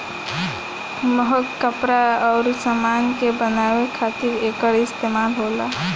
महंग कपड़ा अउर समान के बनावे खातिर एकर इस्तमाल होला